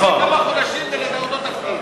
רק לפני כמה חודשים מילאת את אותו תפקיד.